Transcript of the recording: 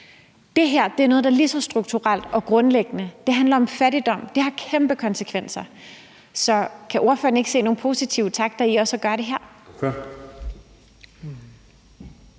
det her er noget, der er lige så strukturelt og grundlæggende, og det handler om fattigdom, og det har kæmpe konsekvenser. Så kan ordføreren ikke også se nogle positive takter i at gøre det her?